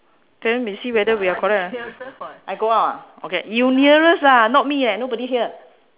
then we see whether we are correct ah I go out ah okay you nearest ah not me eh nobody here